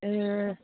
ए